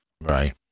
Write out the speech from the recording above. Right